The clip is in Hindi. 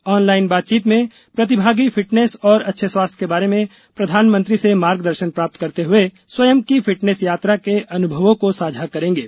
ऑनलाइन बातचीत में प्रतिभागी फिटनेस और अच्छे स्वास्थ्य के बारे में प्रधानमंत्री से मार्गदर्शन प्राप्त करते हए स्वयं की फिटनेस यात्रा के अनुभवों को साझा करेंगे